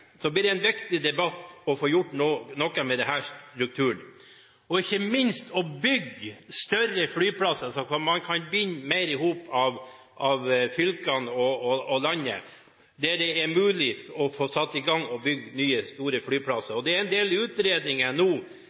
det bli en viktig debatt om å få gjort noe med denne strukturen – ikke minst det å bygge større flyplasser, sånn at en kan binde fylkene og landet sammen. Det er en del utredninger nå som viser at det er mulig å sette i gang og bygge store flyplasser. Da er det viktig å utvikle disse områdene, for det er